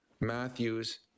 Matthews